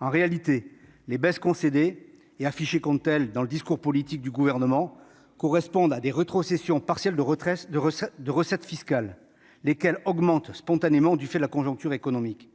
En réalité, les baisses concédées et affichées comme telles dans le discours politique du Gouvernement correspondent à des rétrocessions partielles de recettes fiscales, lesquelles augmentent spontanément du fait de la conjoncture économique.